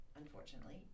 unfortunately